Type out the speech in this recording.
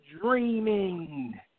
dreaming